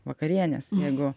vakarienės jeigu